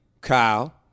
Kyle